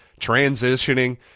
transitioning